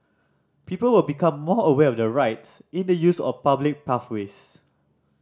people will become more aware of their rights in the use of public pathways